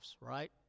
right